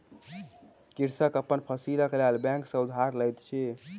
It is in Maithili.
कृषक अपन फसीलक लेल बैंक सॅ उधार लैत अछि